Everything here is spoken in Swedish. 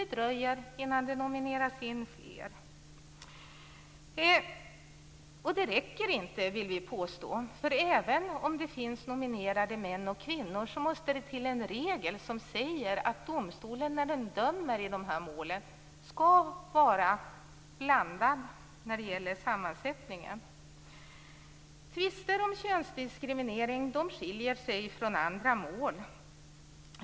Det dröjer innan fler nomineras och kommer in. Det räcker inte, vill vi påstå. Även om både kvinnor och män nomineras måste det till en regel som säger att domstolens sammansättning, när den dömer i dessa mål, skall vara blandad. Tvister om könsdiskriminering skiljer sig från andra mål.